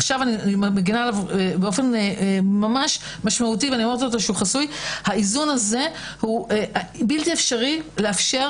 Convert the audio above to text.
עכשיו אני מגינה עליו באופן ממש משמעותי בלתי אפשרי לאפשר